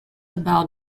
about